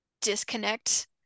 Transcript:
disconnect